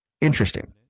interesting